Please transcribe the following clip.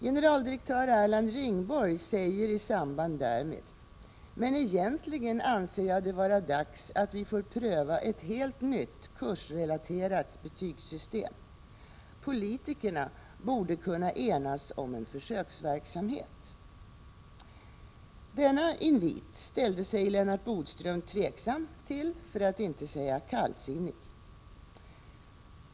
Generaldirektör Erland Ringborg säger i samband därmed: ”Men egentligen anser jag det vara dags att vi får pröva ett helt nytt kursrelaterat betygssystem. Politikerna borde kunna enas om en försöksverksamhet.” Denna invit ställde sig Lennart Bodström tveksam, för att inte säga kallsinnig, till.